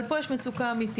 אבל פה יש מצוקה אמיתית.